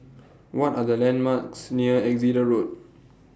What Are The landmarks near Exeter Road